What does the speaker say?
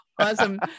Awesome